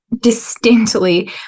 distinctly